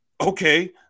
Okay